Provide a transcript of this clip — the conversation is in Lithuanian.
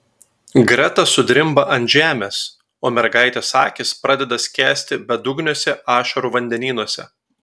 greta sudrimba ant žemės o mergaitės akys pradeda skęsti bedugniuose ašarų vandenynuose